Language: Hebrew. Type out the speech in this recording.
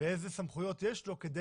ואיזה סמכויות יש לו כדי